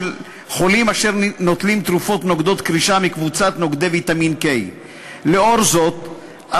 חולים אשר נוטלים תרופות נוגדות קרישה מקבוצת נוגדי ויטמין K. לאור זאת,